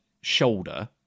shoulder